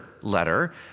letter